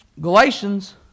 Galatians